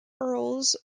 earls